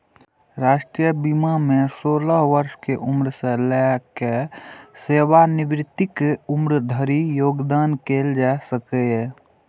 राष्ट्रीय बीमा मे सोलह वर्ष के उम्र सं लए कए सेवानिवृत्तिक उम्र धरि योगदान कैल जा सकैए